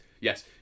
yes